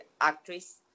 actress